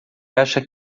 acha